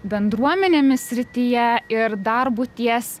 bendruomenėmis srityje ir darbu ties